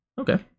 Okay